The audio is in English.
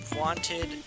wanted